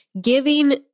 giving